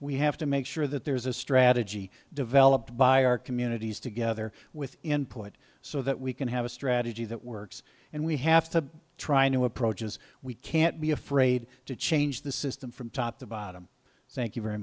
we have to make sure that there is a strategy developed by our communities together with input so that we can have a strategy that works and we have to try new approaches we can't be afraid to change the system from top to bottom thank you very